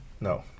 No